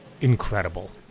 incredible